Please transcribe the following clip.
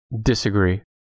Disagree